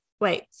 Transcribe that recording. Wait